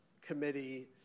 committee